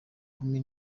kumi